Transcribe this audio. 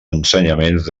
ensenyaments